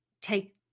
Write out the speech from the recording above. take